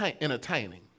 entertaining